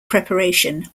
preparation